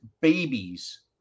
babies